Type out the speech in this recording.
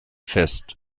fest